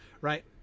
right